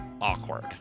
Awkward